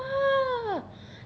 what